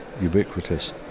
ubiquitous